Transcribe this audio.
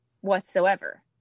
whatsoever